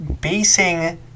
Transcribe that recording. basing